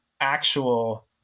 actual